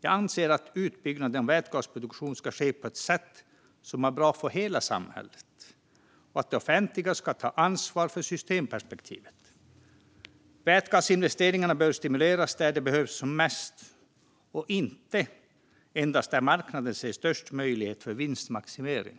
Jag anser att utbyggnaden av vätgasproduktion ska ske på ett sätt som är bra för hela samhället och att det offentliga ska ta ansvar för systemperspektivet. Vätgasinvesteringarna bör stimuleras där de behövs som mest och inte endast där marknaden ser störst möjlighet till vinstmaximering.